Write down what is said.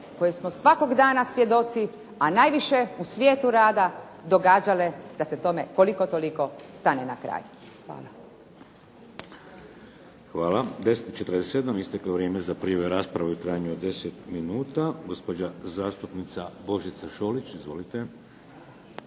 kojih smo svakog dana svjedoci, a najviše u svijetu rada događale da se tome koliko toliko stane na kraj. Hvala. **Šeks, Vladimir (HDZ)** Hvala. U 10,47 isteklo je vrijeme za prijavu rasprave u trajanju od 10 minuta. Gospođa zastupnica Božica Šolić, izvolite.